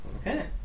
Okay